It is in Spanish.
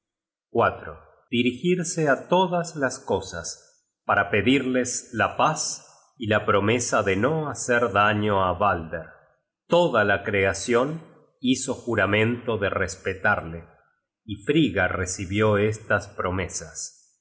resolucion dirigirse á todas las cosas para pedirlas la paz y la promesa de no hacer daño á balder toda la creación hizo juramento de respetarle y frigga recibió estas promesas